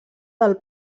del